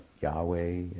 Yahweh